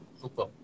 Super